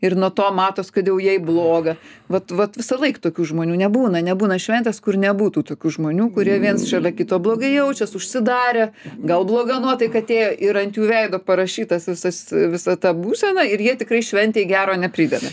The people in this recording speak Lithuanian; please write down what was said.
ir nuo to matos kodėl jai bloga vat vat visąlaik tokių žmonių nebūna nebūna šventės kur nebūtų tokių žmonių kurie viens šalia kito blogai jaučias užsidarę gal bloga nuotaika atėjo ir ant jų veido parašytas visas visa ta būsena ir jie tikrai šventei gero neprideda